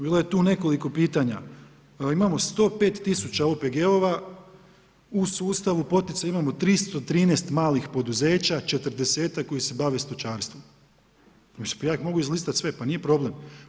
Bilo je tu nekoliko pitanja, imamo 105 000 OPG-ova, u sustavu poticaja imamo 313 malih poduzeća, četrdesetak koji se bave stočarstvom, ja ih mogu izlistat sve, pa nije problem.